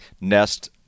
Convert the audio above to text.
nest